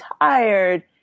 tired